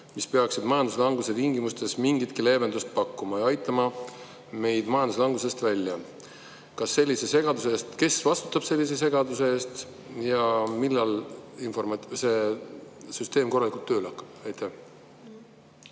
mis peaksid majanduslanguse tingimustes mingitki leevendust pakkuma ja aitama meid majanduslangusest välja. Kes vastutab sellise segaduse eest ja millal see süsteem korralikult tööle hakkab? Suur